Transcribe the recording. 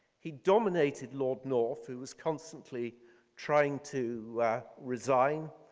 he dominated lord north who was constantly trying to resign,